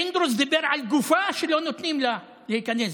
פינדרוס דיבר על גופה שלא נותנים לה להיכנס.